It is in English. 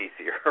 easier